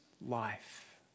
life